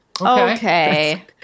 okay